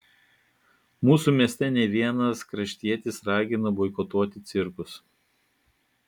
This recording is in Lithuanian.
mūsų mieste ne vienas kraštietis ragina boikotuoti cirkus